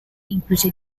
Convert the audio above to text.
semplice